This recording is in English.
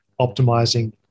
optimizing